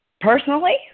personally